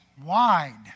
Wide